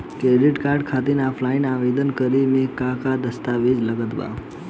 Credit card खातिर offline आवेदन करे म का का दस्तवेज लागत बा?